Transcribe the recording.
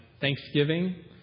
Thanksgiving